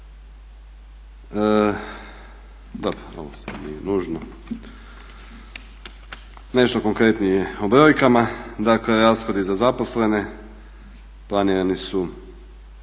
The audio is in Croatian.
Nešto konkretnije o brojkama, dakle rashodi za zaposlene planirani su